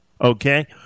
Okay